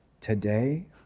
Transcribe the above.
today